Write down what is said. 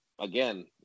Again